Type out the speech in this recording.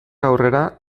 aurrera